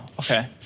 okay